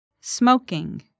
smoking